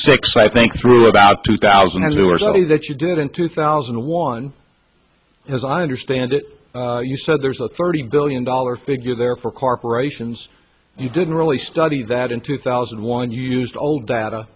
six i think through about two thousand and two or three that you did in two thousand and one as i understand it you said there's a thirty billion dollars figure there for corporations and you didn't really study that in two thousand and one used old data